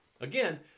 Again